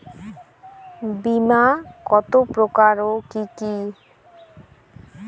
বীমা কত প্রকার ও কি কি?